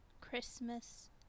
Christmas